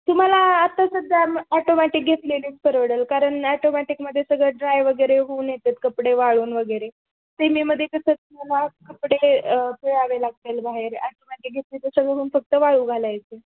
तुमाला आत्ता सध्या ॲाटोमॅटिक घेतलेले परवडेल कारण ॲटोमॅटिकमध्ये सगळं ड्राय वगैरे होऊन येतात कपडे वाळून वगैरे सेमीमध्ये कसं असतंय तुम्हाला कपडे पिळावे लागतात बाहेर ॲटोमॅटिक घेतले तर सगळं होऊन फक्त वाळू घालायचे